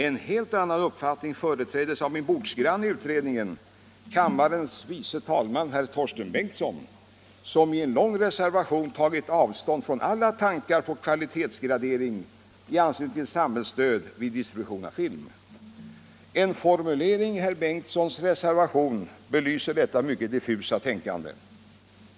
En helt annan uppfattning företräddes av min bordsgranne i utredningen, kammarens vice talman herr Torsten Bengtson, som i en lång reservation tagit avstånd från alla tankar på kvalitetsgradering i anslutning till samhällsstöd vid distribution av film. En formulering i herr Bengtsons reservation belyser detta diffusa tänkande.